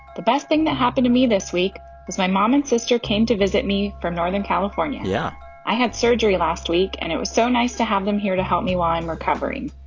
the best thing that happened to me this week is my mom and sister came to visit me from northern california yeah i had surgery last week, and it was so nice to have them here to help me while i'm recovering.